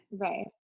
Right